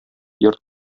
йорт